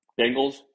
Bengals